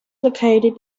located